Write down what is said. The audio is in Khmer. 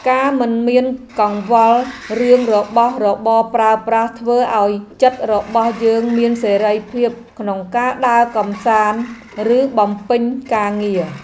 ការមិនមានកង្វល់រឿងរបស់របរប្រើប្រាស់ធ្វើឱ្យចិត្តរបស់យើងមានសេរីភាពក្នុងការដើរកម្សាន្តឬបំពេញការងារ។